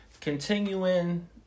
continuing